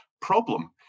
problem